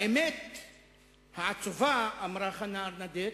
האמת העצובה, אמרה חנה ארנדט,